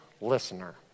listener